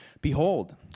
Behold